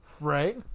Right